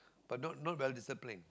but not not well disciplined